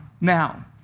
now